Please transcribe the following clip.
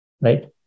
right